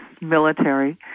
military